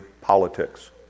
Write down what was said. politics